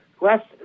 Last